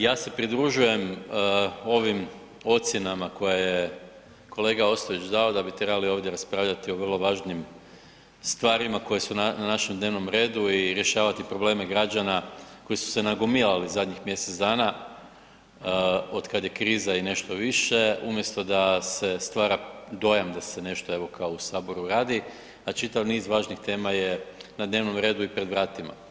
Ja se pridružujem ovim ocjenama koje je kolega Ostojić dao da bi trebali ovdje raspravljati o vrlo važnim stvarima koje su na našem dnevnom redu i rješavati probleme građana koji su se nagomilali u zadnjih mjesec dana otkad je kriza i nešto više umjesto da se stvara dojam da se nešto evo kao u Saboru radi, a čitav niz važnih tema je na dnevnom redu i pred vratima.